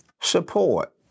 support